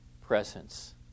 presence